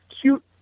cute